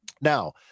Now